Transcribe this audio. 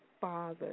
father